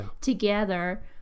together